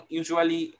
usually